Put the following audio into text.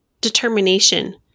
determination